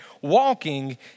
walking